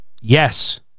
Yes